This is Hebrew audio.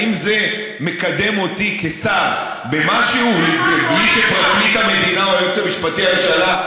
האם זה מקדם אותי כשר במשהו בלי שפרקליט המדינה או היועץ המשפטי לממשלה,